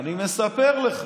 אני מספר לך.